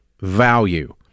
value